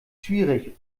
schwierig